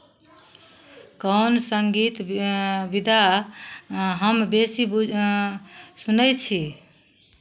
कओन सङ्गीत बि विधा हम बेसी बु सुनैत छी